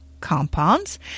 compounds